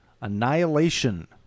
Annihilation